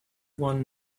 one